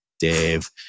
Dave